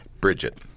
Bridget